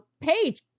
page